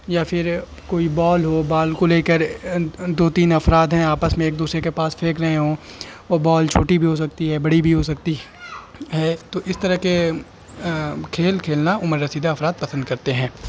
یا پھر کوئی بال ہو بال کو لے کر دو تین افراد ہیں آپس میں ایک دوسرے کے پاس پھینک رہے ہوں وہ بال چھوٹی بھی ہو سکتی ہے بڑی بھی ہو سکتی ہے تو اس طرح کے کھیل کھیلنا عمر رسیدہ افراد پسند کرتے ہیں